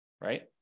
right